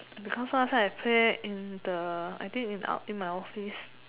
because last time I play in the I think in o~ in my office